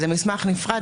זה מסמך נפרד,